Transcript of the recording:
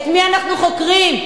את מי אנחנו חוקרים?